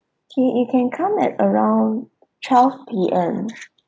okay you can come at around twelve P_M